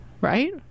Right